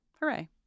hooray